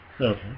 Okay